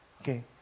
Okay